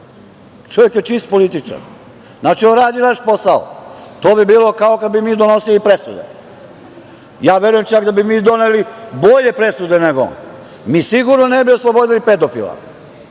Čovek je čist političar, znači on radi naš posao. To bi bilo kao kada bi mi donosili presude, a ja verujem da bi mi doneli bolje presude nego on. Mi sigurno ne bi oslobodili pedofila,